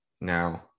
now